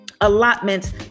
allotments